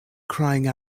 crying